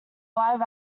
live